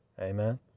amen